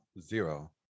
Zero